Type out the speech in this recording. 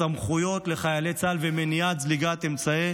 הסמכויות לחיילי צה"ל ומניעת זליגת אמצעי